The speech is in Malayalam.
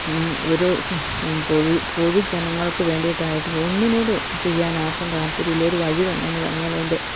ഒരു പൊതു പൊതു ജനങ്ങൾക്ക് വേണ്ടിട്ടായിട്ട് ഒന്നിനോട് ചെയ്യാൻ ആർക്കും താല്പര്യമില്ല ഒരു വഴി വേണമെന്ന് പറഞ്ഞാല് അതിൻ്റെ